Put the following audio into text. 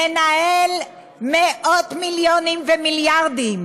לנהל מאות מיליונים ומיליארדים.